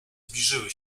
zbliżyły